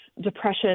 depression